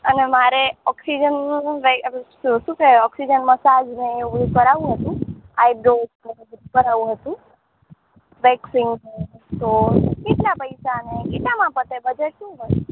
અને મારે ઑક્સિજન શું કહેવાય ઓક્સિજન મસાજને એવું કરાવવું હતું આઇબ્રોઝ અને એ બધું કરાવવું હતું વેક્સિંગ ને સો કેટલા પૈસા અને કેટલામાં પતે બજેટ શું હોય